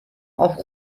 auch